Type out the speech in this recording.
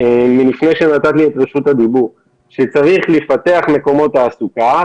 אמרת לפני כן שצריך לפתח מקומות תעסוקה,